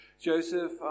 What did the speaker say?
Joseph